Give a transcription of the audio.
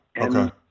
Okay